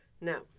Now